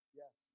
yes